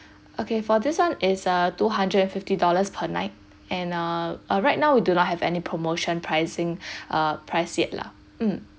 okay for this [one] it's uh two hundred and fifty dollars per night and uh uh right now we do not have any promotion pricing uh price yet lah mm